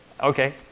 Okay